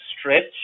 stretch